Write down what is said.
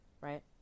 Right